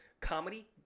Comedy